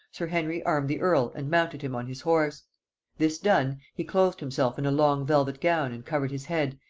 sir henry armed the earl and mounted him on his horse this done, he clothed himself in a long velvet gown and covered his head,